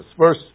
verse